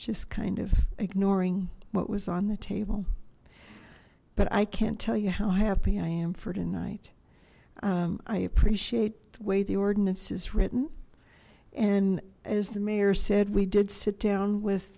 just kind of ignoring what was on the table but i can't tell you how happy i am for tonight i appreciate the way the ordinance is written and as the mayor said we did sit down with